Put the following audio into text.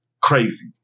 Crazy